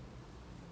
ya